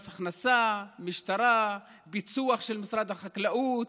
מס הכנסה, משטרה, פיצו"ח של משרד החקלאות.